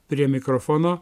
prie mikrofono